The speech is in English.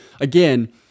again